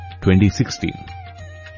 2016